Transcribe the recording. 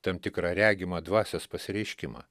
tam tikrą regimą dvasios pasireiškimą